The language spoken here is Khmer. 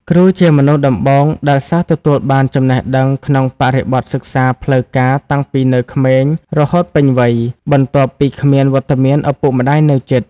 គ្រូជាមនុស្សដំបូងដែលសិស្សទទួលបានចំណេះដឹងក្នុងបរិបទសិក្សាផ្លូវការតាំងពីនៅក្មេងរហូតពេញវ័យ បន្ទាប់ពីគ្មានវត្តមានឱពុកម្តាយនៅជិត។